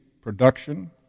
production